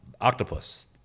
Octopus